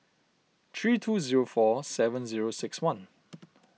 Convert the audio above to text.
three two zero four seven zero six one